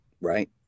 right